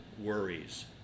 worries